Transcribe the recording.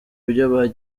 byo